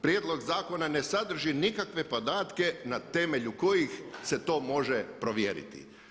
Prijedlog zakona ne sadrži nikakve podatke na temelju kojih se to može provjeriti.